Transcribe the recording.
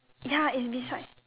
ya is beside